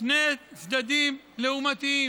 שני צדדים לעומתיים: